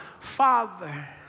Father